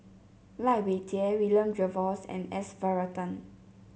Lai Weijie William Jervois and S Varathan